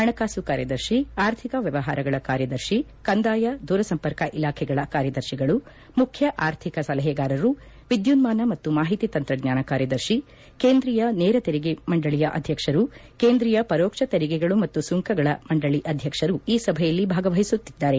ಹಣಕಾಸು ಕಾರ್ಯದರ್ಶಿ ಆರ್ಥಿಕ ವ್ಯವಹಾರಗಳ ಕಾರ್ಯದರ್ಶಿ ಕಂದಾಯ ದೂರಸಂಪರ್ಕ ಇಲಾಖೆಗಳ ಕಾರ್ಯದರ್ಶಿಗಳು ಮುಖ್ಯ ಆರ್ಥಿಕ ಸಲಹೆಗಾರರು ವಿದ್ಯುನ್ಮಾನ ಮತ್ತು ಮಾಹಿತಿ ತಂತ್ರಜ್ಞಾನ ಕಾರ್ಯದರ್ಶಿ ಕೇಂದ್ರೀಯ ನೇರ ತೆರಿಗೆಗಳ ಮಂಡಳಿಯ ಅಧ್ಯಕ್ಷರು ಕೇಂದ್ರೀಯ ಪರೋಕ್ಷ ತೆರಿಗೆಗಳು ಮತ್ತು ಸುಂಕಗಳ ಮಂಡಳಿಯ ಅಧ್ಯಕ್ಷರು ಈ ಸಭೆಯಲ್ಲಿ ಭಾಗವಹಿಸುತ್ತಿದ್ದಾರೆ